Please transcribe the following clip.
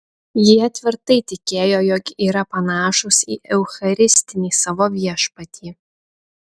jie tvirtai tikėjo jog yra panašūs į eucharistinį savo viešpatį